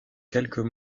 quelques